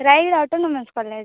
Rayagada autonomous college